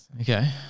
Okay